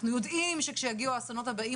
אנחנו יודעים שכשיגיעו אסונות נוספים,